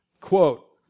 Quote